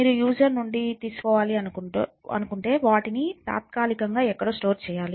మీరు యూసర్ నుండి తీసుకోవాలి అనుకుంటే వాటిని తాత్కాలికంగా ఎక్కడో స్టోర్ చేయాలి